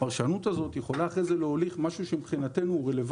הפרשנות הזאת יכולה להוליך למשהו רלוונטי.